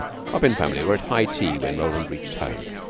the coppin family were at high tea when roland reached home.